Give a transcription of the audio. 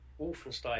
Wolfenstein